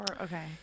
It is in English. Okay